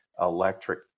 electric